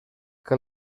que